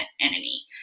enemy